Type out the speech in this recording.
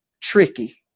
tricky